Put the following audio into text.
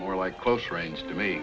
more like close range to me